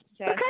Okay